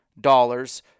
dollars